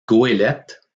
goélette